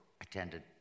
attended